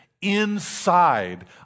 inside